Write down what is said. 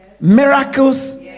Miracles